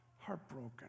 heartbroken